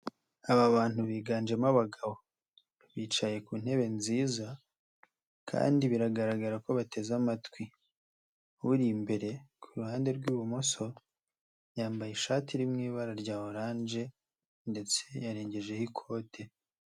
Aba bantu biganjemo abagabo bicaye ku ntebe nziza kandi biragaragara ko bateze amatwi, uri imbere ku ruhande rw'ibumoso yambaye ishati iri mu ibara rya orange ndetse yarengejeho ikote.